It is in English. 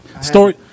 Story